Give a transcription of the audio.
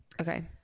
Okay